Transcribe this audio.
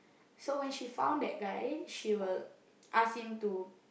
so when she found that guy she will ask him to